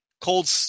cold